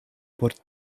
por